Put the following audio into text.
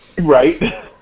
Right